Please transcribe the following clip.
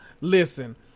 listen